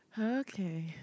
okay